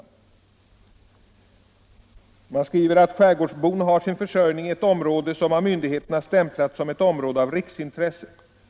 Man skriver: ”Skärgårdsbon har sin försörjning i ett område som av myndigheterna stämplats som ett område av riksintresse.